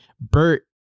Bert